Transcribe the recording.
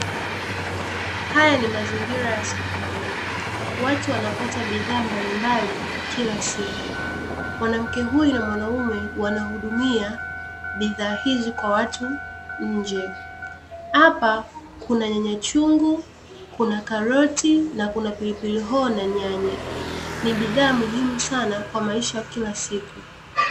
Haya ni mazingira ya sokoni, watu wanapata bidhaa mbalimbali kila siku. Mwanamke huyo na mwanaume wanahudumia bidhaa hizi kwa watu, nje hapa kuna nyanya chungu, kuna karoti, na kuna pilipili hoho, na nyanya, ni bidhaa muhimu sana kwa maisha ya kila siku.